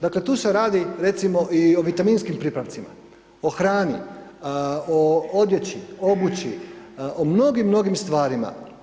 Dakle, tu se radi, recimo i o vitaminskim pripravcima, o hrani, o odjeći, obući, o mnogim mnogim stvarima.